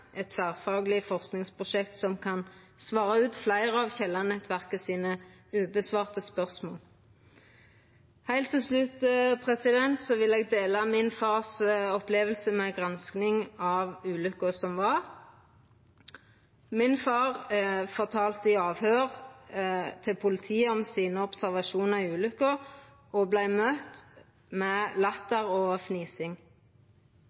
eit tverrfagleg forskingsprosjekt som kan svara ut fleire av dei spørsmåla Kielland-nettverket enno ikkje har fått svar på. Heilt til slutt vil eg dela min fars oppleving av granskinga av ulykka som var. Min far fortalde i avhøyr til politiet om sine observasjonar frå ulykka og vart møtt med